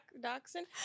dachshund